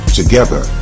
together